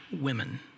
women